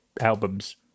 albums